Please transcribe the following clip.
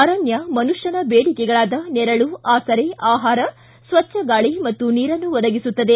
ಅರಣ್ಣ ಮನುಷ್ಣನ ದೇಡಿಕೆಗಳಾದ ನೆರಳು ಆಸರೆ ಆಹಾರ ಸ್ವಚ್ದ ಗಾಳಿ ಮತ್ತು ನೀರನ್ನು ಒದಗಿಸುತ್ತದೆ